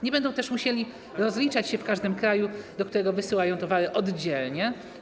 Nie będą też musieli rozliczać się w każdym kraju, do którego wysyłają towary, oddzielnie.